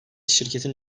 şirketin